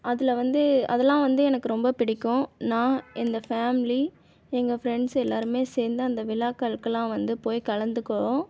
அதில் வந்து அதெலாம் வந்து எனக்கு ரொம்ப பிடிக்கும் நான் எந்த ஃபேம்லி எங்கள் ஃப்ரெண்ட்ஸ் எல்லோருமே சேர்ந்து அந்த விழாக்கள்கெலாம் வந்து போய் கலந்துக்குவோம்